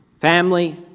family